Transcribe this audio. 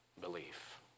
belief